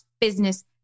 business